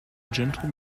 gentle